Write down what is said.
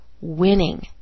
winning